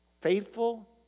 faithful